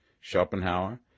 Schopenhauer